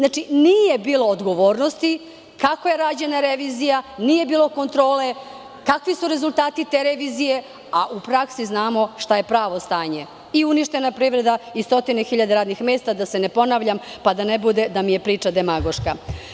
Nije bilo odgovornosti kako je rađena revizija, nije bilo kontrole kakvi su rezultati te revizije, a u praksi znamo šta je pravo stanje – i uništena privreda i stotine hiljada radnih mesta, da se ne ponavljam, pa da ne bude da mi je priča demagoška.